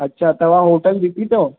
अच्छा तव्हां होटल ॾिठी अथव